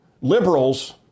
Liberals